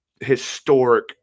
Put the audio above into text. historic